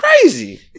crazy